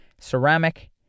ceramic